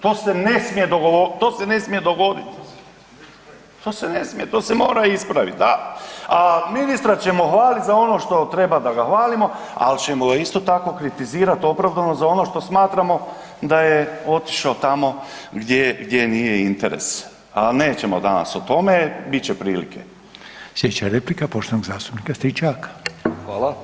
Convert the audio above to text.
To se ne smije dogodit, to se ne smije, to se mora ispravit, da, a ministra ćemo hvalit za ono što treba da ga hvalimo, al ćemo ga isto tako kritizirat opravdano za ono što smatramo da je otišo tamo gdje, gdje nije interes, a nećemo danas o tome, bit će prilike.